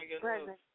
present